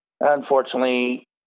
unfortunately